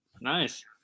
nice